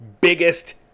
biggest